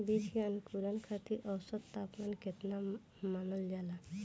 बीज के अंकुरण खातिर औसत तापमान केतना मानल जाला?